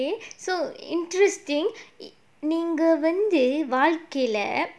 okay so interesting நீங்க வந்து வாழ்க்கைல:neenga vandhu vaalkaila